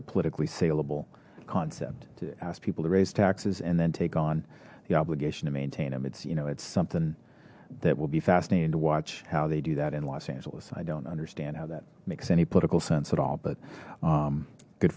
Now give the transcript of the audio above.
a politically saleable concept to ask people to raise taxes and then take on the obligation to maintain them it's you know it's something that will be fascinating to watch how they do that in los angeles i don't understand how that makes any political sense at all but good